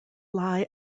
lie